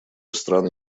стран